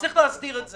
צריך להסדיר את זה.